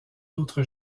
d’autre